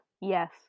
Yes